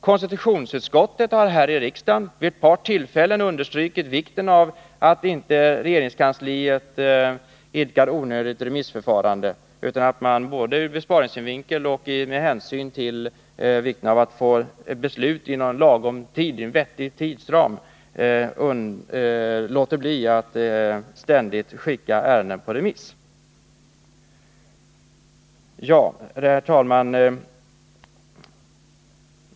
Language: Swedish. Konstitutionsutskottet har här i riksdagen vid ett par tillfällen understrukit vikten av att regeringskansliet inte idkar onödigt remissförfarande utan både ur besparingssynvinkel och med hänsyn till vikten av att få beslut inom vettig tidsram låter bli att ständigt skicka ärenden på remiss. Herr talman!